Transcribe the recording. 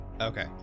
Okay